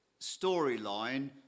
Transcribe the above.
storyline